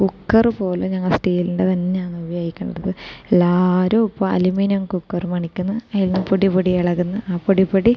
cooker പോലും ഞങ്ങൾ സ്റ്റീലിൻ്റെ തന്നെയാണ് ഉപയോഗിക്കുന്നത് എല്ലാവരും ഇപ്പം അലൂമിനിയം കുക്കർ മേടിക്കുന്നു അതിൽ പൊടിപൊടി ഇളകുന്നു ആ പൊടിപൊടി